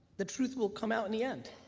the truth will come out in the end.